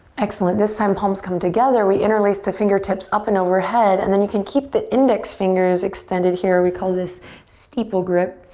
excellent, this time palms come together, we interlace the fingertips up and overhead and then you can keep the index fingers extended here. we call this steeple grip,